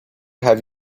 have